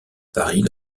paris